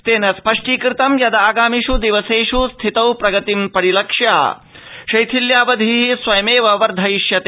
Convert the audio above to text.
तेन स्पष्टीकृतं यद् आगमिष् दिवसेष् स्थितौ प्रगतिं परिलक्ष्य शैथिल्यावधिः स्वयमेव वर्धयिष्यते